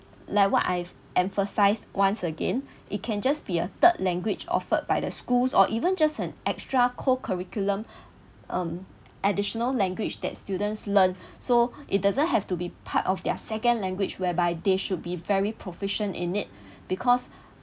like what I've emphasized once again it can just be a third language offered by the schools or even just an extra core curriculum um additional language that students learn so it doesn't have to be part of their second language whereby they should be very proficient in it because